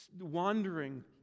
Wandering